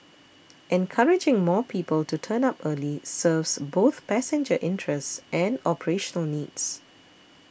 encouraging more people to turn up early serves both passenger interests and operational needs